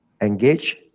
engage